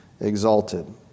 exalted